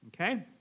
okay